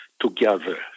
together